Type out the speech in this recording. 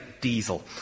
Diesel